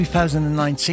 2019